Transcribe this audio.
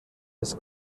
als